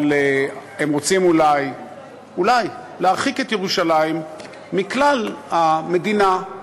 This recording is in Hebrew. אבל הם רוצים אולי להרחיק את ירושלים מכלל המדינה.